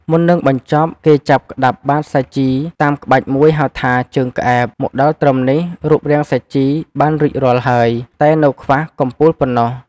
មុននឹងបញ្ចប់ គេចាប់ក្ដាប់បាតសាជី តាមក្បាច់មួយហៅថា ជើងក្អែប មកដល់ត្រឹមនេះ រូបរាងសាជីបានរួចរាល់ហើយ តែនៅខ្វះកំពូលប៉ុណ្ណោះ។